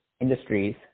industries